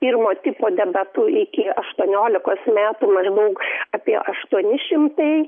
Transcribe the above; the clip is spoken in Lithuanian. pirmo tipo debetu iki aštuoniolikos metų maždaug apie aštuoni šimtai